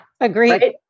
agreed